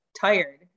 tired